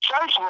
church